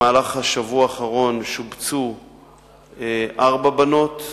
בשבוע האחרון שובצו ארבע בנות,